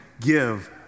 give